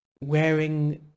wearing